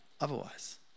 otherwise